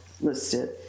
listed